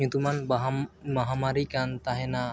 ᱧᱩᱛᱩᱢᱟᱱ ᱢᱟᱦᱟᱢᱟᱨᱤ ᱠᱟᱱ ᱛᱟᱦᱮᱱᱟ